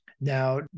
Now